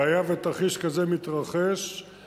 והיה ותרחיש כזה מתרחש,